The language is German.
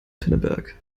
pinneberg